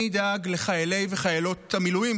מי ידאג לחיילי וחיילות המילואים,